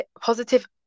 positive